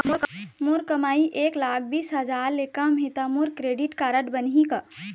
मोर कमाई एक लाख बीस हजार ले कम हे त मोर क्रेडिट कारड बनही का?